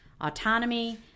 autonomy